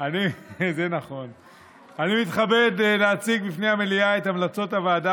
אני מתכבד להציג בפני המליאה את המלצות הוועדה